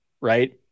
right